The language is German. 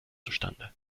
zustande